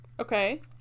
Okay